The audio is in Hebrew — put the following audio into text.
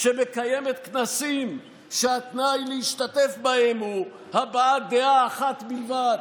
שמקיימת כנסים שהתנאי להשתתף בהם הוא הבעת דעה אחת בלבד?